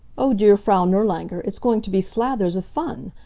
oh, dear frau nirlanger, it's going to be slathers of fun!